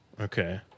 Okay